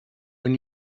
when